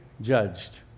judged